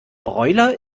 broiler